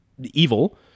evil